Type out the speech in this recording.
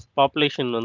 population